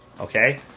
Okay